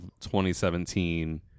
2017